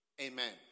Amen